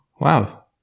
Wow